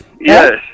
yes